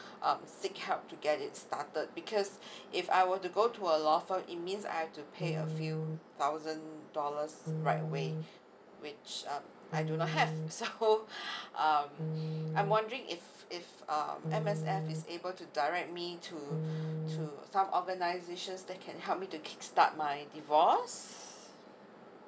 um seek help to get it started because if I were to go to a law firm it means I have to pay a few thousand dollars right away which um I do not have so um I'm wondering if if uh M_S_F is able to direct me to to some organizations that can help me to kick start my divorce